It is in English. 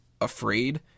afraid